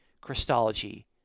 Christology